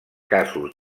casos